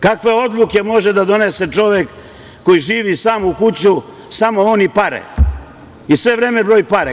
Kakve odluke može da donese čovek koji živi sam u kući, samo on i pare i sve vreme broji pare?